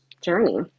journey